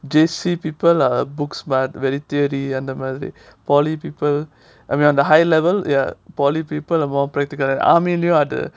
J_C people are book smart very theory அந்த மாதிரி:antha maathiri polytechnic people I mean on the higher level ya polytechnic people are more practical uh army அது:athu